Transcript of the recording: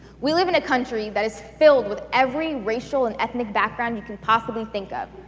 we live in a country that is filled with every racial and ethnic background you can possibly think of.